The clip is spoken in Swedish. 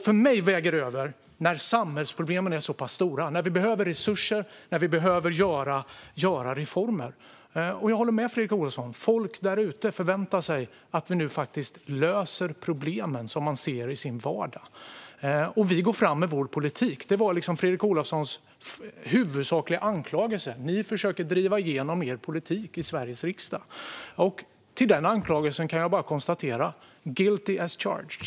För mig väger det över när samhällsproblemen är så stora, när vi behöver resurser och när vi behöver göra reformer. Jag håller med Fredrik Olovsson: Folk där ute förväntar sig att vi nu löser de problem som de ser i sin vardag. Vi går fram med vår politik. Det var Fredrik Olovssons huvudsakliga anklagelse - vi försöker driva igenom vår politik i Sveriges riksdag. Som svar på den anklagelsen kan jag bara konstatera: Guilty as charged!